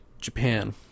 Japan